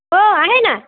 हो आहे ना